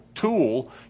Tool